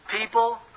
People